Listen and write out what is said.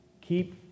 Keep